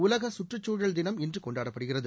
உலக சுற்றுச் சசூழல் தினம் இன்று கொண்டாடப்படுகிறது